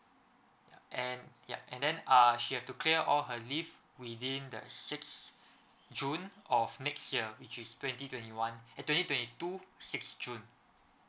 and ya and then uh she have to clear all her leave within the six june of next year which is twenty twenty one eh twenty twenty two six june